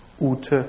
Ute